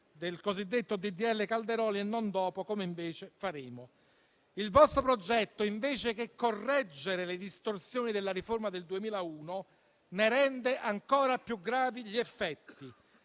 di legge Calderoli e non dopo, come invece faremo. Il vostro progetto, anziché correggere le distorsioni della riforma del 2001, ne rende ancora più gravi gli effetti